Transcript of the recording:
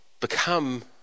become